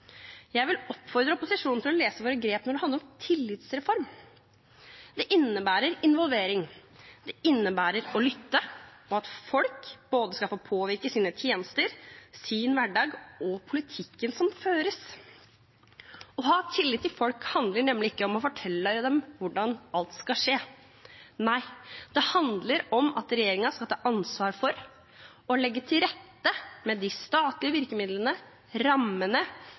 Jeg vil oppfordre opposisjonen til å lese om våre grep når det handler om tillitsreform. Det innebærer involvering, det innebærer å lytte og at folk både skal få påvirke sine tjenester, sin hverdag og politikken som føres. Å ha tillit til folk handler nemlig ikke om å fortelle dem hvordan alt skal skje. Nei, det handler om at regjeringen skal ta ansvar for å legge til rette, med de statlige virkemidlene, rammene